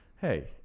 Hey